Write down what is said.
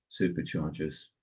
superchargers